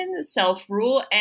self-rule